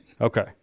Okay